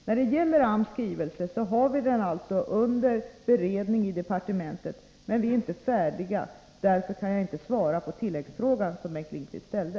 Vi har AMS skrivelse under beredning i departementet, men vi är inte färdiga, och därför kan jag inte svara på tilläggsfrågan som Bengt Lindqvist ställde.